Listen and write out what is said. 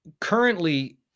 currently